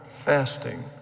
fasting